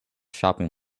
shopping